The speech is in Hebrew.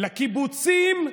לקיבוצים,